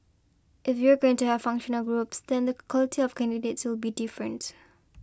if you're going to have functional groups then the quality of candidates will be different